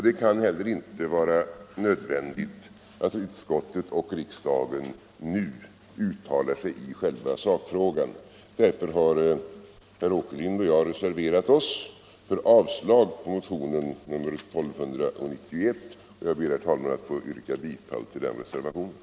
Det kan inte heller vara nödvändigt att utskottet och riksdagen nu uttalar sig i sakfrågan. Därför har herr Åkerlind och jag reserverat oss för avslag på motionen 1291, och jag ber, herr talman, att få yrka bifall till reservationen.